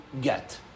get